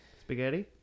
spaghetti